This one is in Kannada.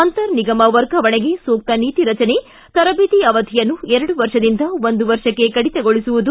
ಅಂತರ ನಿಗಮ ವರ್ಗಾವಣೆಗೆ ಸೂಕ್ತ ನೀತಿ ರಚನೆ ತರಬೇತಿ ಅವಧಿಯನ್ನು ಎರಡು ವರ್ಷದಿಂದ ಒಂದು ವರ್ಷಕ್ಕೆ ಕಡಿತಗೊಳಿಸುವುದು